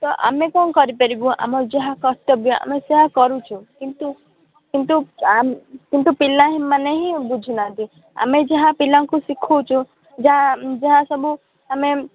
ତ ଆମେ କ'ଣ କରି ପାରିବୁ ଆମର ଯାହା କର୍ତ୍ତବ୍ୟ ଆମେ ସେୟା କରୁଛୁ କିନ୍ତୁ କିନ୍ତୁ ଆ କିନ୍ତୁ ପିଲା ମାନେ ହିଁ ବୁଝୁ ନାହାନ୍ତି ଆମେ ଯାହା ପିଲାଙ୍କୁ ଶିଖାଉଛୁ ଯାହା ଯାହା ସବୁ ଆମେ